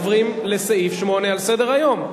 עוברים לסעיף 8 בסדר-היום.